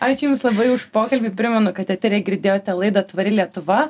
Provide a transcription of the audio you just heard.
ačiū jums labai už pokalbį primenu kad eteryje girdėjote laidą tvari lietuva